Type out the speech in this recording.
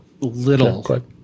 little